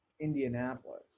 Indianapolis